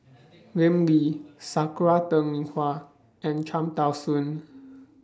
Lim Lee Sakura Teng Ying Hua and Cham Tao Soon